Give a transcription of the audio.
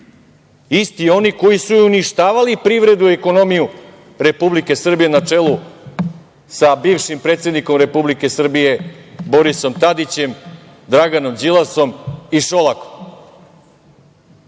isti oni koji su i uništavali privredu i ekonomiju Republike Srbije na čelu sa bivšim predsednikom Republike Srbije Borisom Tadićem, Draganom Đilasom i Šolakom,